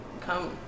come